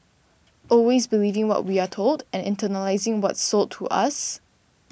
always believing what we are told and internalising what's sold to us